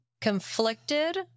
conflicted